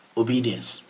obedience